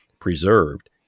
preserved